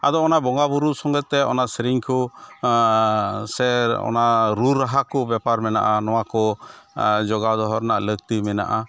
ᱟᱫᱚ ᱚᱱᱟ ᱵᱚᱸᱜᱟᱵᱩᱨᱩ ᱥᱚᱸᱜᱮᱛᱮ ᱚᱱᱟ ᱥᱮᱨᱮᱧᱠᱚ ᱥᱮ ᱚᱱᱟ ᱨᱩᱼᱨᱟᱦᱟᱠᱚ ᱵᱮᱯᱟᱨ ᱢᱮᱱᱟᱜᱼᱟ ᱱᱚᱣᱟᱠᱚ ᱡᱚᱜᱟᱣ ᱫᱚᱦᱚ ᱨᱮᱱᱟᱜ ᱞᱟᱹᱠᱛᱤ ᱢᱮᱱᱟᱜᱼᱟ